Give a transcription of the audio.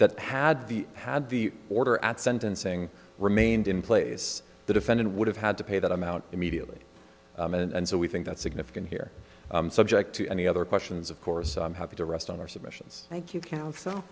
that had the had the order at sentencing remained in place the defendant would have had to pay that amount immediately and so we think that's significant here subject to any other questions of course i'm happy to rest on our submissions thank you count so